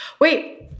Wait